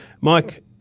Mike